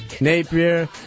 Napier